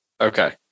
Okay